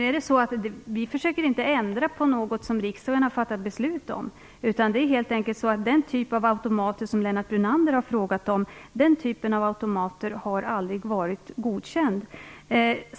Fru talman! Vi försöker inte att ändra på något som riksdagen har fattat beslut om. Det är helt enkelt så att den typ av automater som Lennart Brunander har frågat om aldrig har varit godkänd.